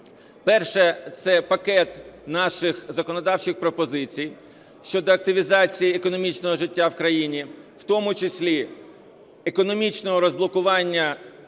Перше – це пакет наших законодавчих пропозицій щодо активізації економічного життя в країні, в тому числі економічного розблокування, на